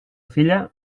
filla